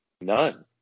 None